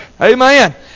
Amen